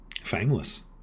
Fangless